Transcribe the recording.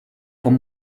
vom